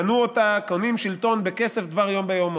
קנו אותה, קונים שלטון בכסף דבר יום ביומו.